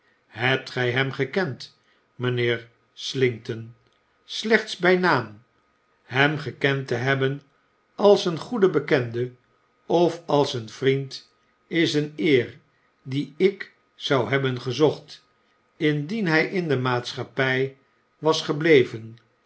gy hem gekend mynheer slinkton slechts by naam hem gekend te hebben als een goede bekende of als een vriend is een eer die ik zou hebben gezocht indien hy in de maatschappy was gebleven